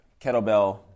kettlebell